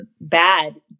bad